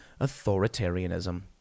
authoritarianism